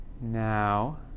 Now